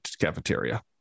cafeteria